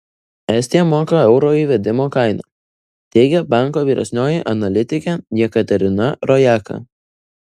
estija moka euro įvedimo kainą teigia banko vyresnioji analitikė jekaterina rojaka